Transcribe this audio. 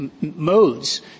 modes